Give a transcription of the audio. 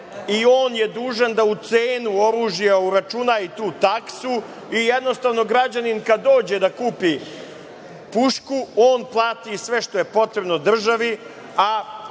i on je dužan da u cenu oružja uračuna i tu taksu. Jednostavno, građanin kada dođe da kupi pušku on plati sve što je potrebno državi,